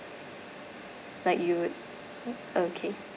like you would okay